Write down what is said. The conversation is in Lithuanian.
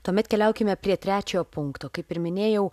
tuomet keliaukime prie trečio punkto kaip ir minėjau